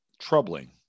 troubling